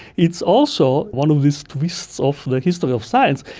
it's also one of these twists of the history of science.